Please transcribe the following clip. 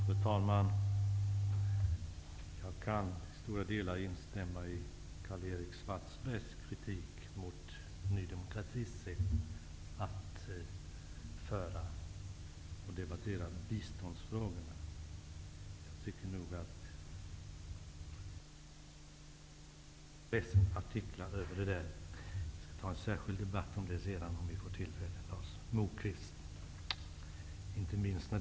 Fru talman! Jag kan till stora delar instämma i Karl Erik Svartbergs kritik mot Ny demokratis sätt att debattera biståndsfrågorna. Jag tycker nog att det andas litet av Expressenartiklar. Jag skall skall ta en särskild debatt med Lars Moquist om det sedan om jag får tillfälle till det.